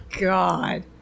god